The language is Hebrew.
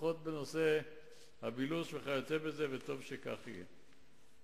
ופחות בנושא הבילוש וכיוצא בזה, וטוב שכך יהיה.